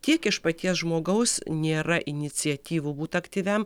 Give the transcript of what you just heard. tiek iš paties žmogaus nėra iniciatyvų būt aktyviam